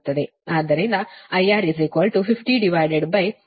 ಆದ್ದರಿಂದ IR 5032080